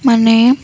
ମାନେ